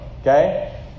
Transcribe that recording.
Okay